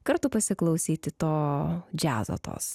kartu pasiklausyti to džiazo tos